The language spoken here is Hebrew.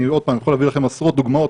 אני יכול להביא לכם עשרות דוגמאות,